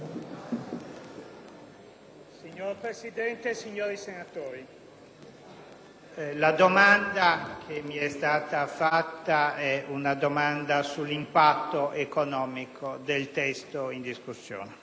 Signora Presidente, signori senatori, la domanda che mi è stata posta è una domanda sull'impatto economico del testo in discussione.